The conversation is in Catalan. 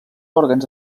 òrgans